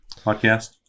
podcast